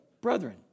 brethren